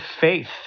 faith